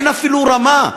אין אפילו רמה.